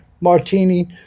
martini